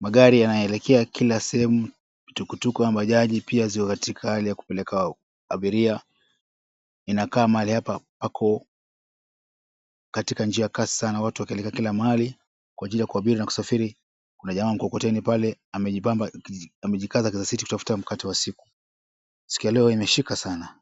Magari yanaelekea kila sehemu, tuk tuk na bajaji pia ziko katika hali ya kupeleka abiria. Inakaa mahali hapa pako katika njia kasa na watu wakielekea kila mahali kwa ajili ya kuabiri na kusafiri, Kuna jamaa wa mkokoteni pale, amejipamba, amejikaza kizasiti kitafuta mkate wa kila siku. Siku ya leo imeshika sana.